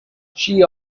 she